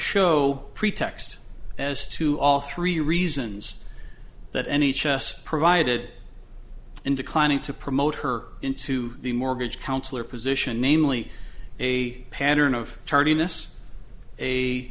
show pretext as to all three reasons that any chess provided and declining to promote her into the mortgage counselor position namely a pattern of tardiness